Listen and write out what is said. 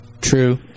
True